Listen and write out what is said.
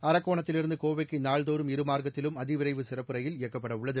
அரக்கோணத்திலிருந்து கோவைக்கு நாள்தோறும் இருமாா்க்கத்திலும்அதிவிரைவு சிறப்பு ரயில் இயக்கப்பட உள்ளது